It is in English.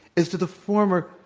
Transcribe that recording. as to the former,